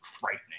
frightening